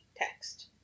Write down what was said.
Text